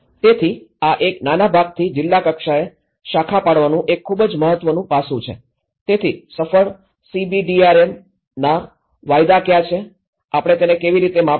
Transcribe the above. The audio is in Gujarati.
તેથી આ એક નાના ભાગથી જિલ્લા કક્ષાએ શાખા પાડવાનું એક ખૂબ મહત્વનું પાસું છે તેથી સફળ સીબીડીઆરએમ ના વાયદા કયા છે આપણે તેને કેવી રીતે માપીશું